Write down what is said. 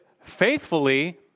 faithfully